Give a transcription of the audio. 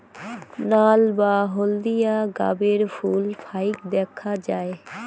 নাল বা হলদিয়া গাবের ফুল ফাইক দ্যাখ্যা যায়